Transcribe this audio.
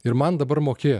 ir man dabar mokė